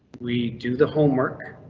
we do the homework,